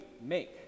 make